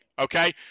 Okay